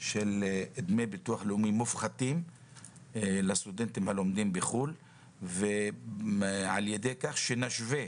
של דמי ביטוח לאומי מופחתים לסטודנטים שלומדים בחו"ל בכך שנשווה